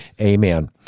amen